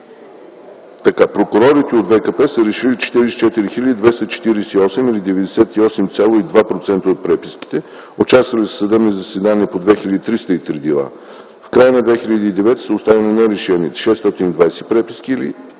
Прокурорите от ВКП са решили 44 248 или 98,2% от преписките, участвали са в съдебни заседания по 2303 дела. В края на 2009 г. са останали нерешени 620 преписки или